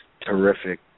terrific